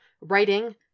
Writing